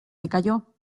decayó